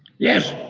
yes.